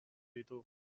ditu